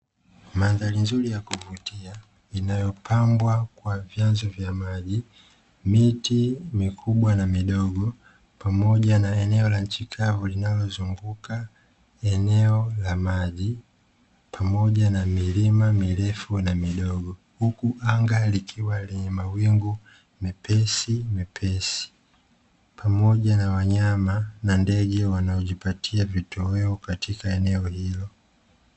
Mandhari nzuri ya kuvutia; inayopambwa kwa vyanzo vya maji, miti mikubwa na midogo, pamoja na eneo la nchi kavu linalozunguka eneo la maji, pamoja na milima mirefu na midogo, huku anga likiwa lenye mawingu mepesimepesi, pamoja na wanyama na ndege wanaojipatia vitoweo katika eneo hilo.